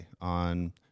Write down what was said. on